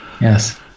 Yes